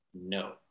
no